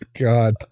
god